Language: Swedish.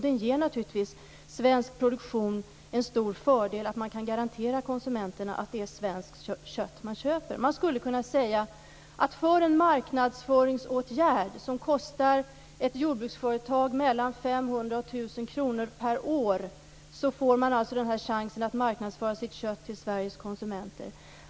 Det ger naturligtvis svensk produktion en stor fördel att man kan garantera konsumenterna att det är svenskt kött som de köper. Man skulle kunna säga att för en marknadsföringsåtgärd som kostar ett jordbruksföretag mellan 500 och 1 000 kr per år får man alltså chans att marknadsföra sitt kött till Sveriges konsumenter.